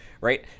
right